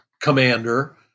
commander